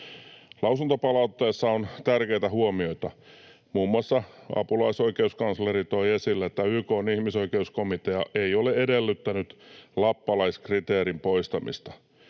Lausuntopalautteessa on tärkeitä huomioita. Muun muassa apulaisoikeuskansleri toi esille, että YK:n ihmisoikeuskomitea ei ole edellyttänyt lappalaiskriteerin poistamista.